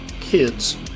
kids